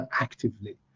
actively